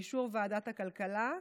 באישור ועדת הכלכלה,